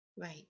Right